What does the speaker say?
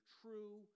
true